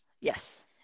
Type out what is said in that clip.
Yes